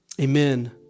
Amen